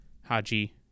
Haji